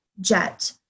jet